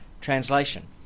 translation